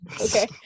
Okay